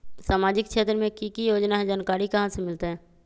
सामाजिक क्षेत्र मे कि की योजना है जानकारी कहाँ से मिलतै?